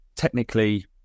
Technically